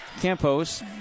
Campos